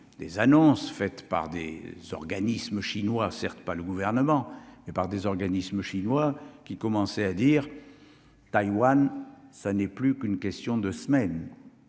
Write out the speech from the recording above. les annonces faites par des organismes chinois certes pas le gouvernement mais par des organismes chinois qui commençait à dire Taïwan, ça n'est plus qu'une question de semaines,